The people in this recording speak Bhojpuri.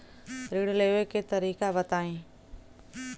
ऋण लेवे के तरीका बताई?